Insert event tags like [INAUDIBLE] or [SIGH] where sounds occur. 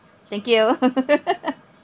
thank you [LAUGHS]